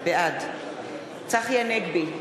בעד צחי הנגבי,